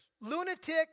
lunatic